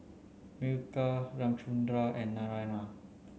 Milkha Ramchundra and Naraina